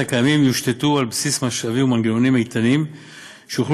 הקיימים יושתתו על בסיס משאבים ומנגנונים איתנים שיוכלו